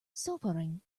solfaing